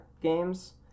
games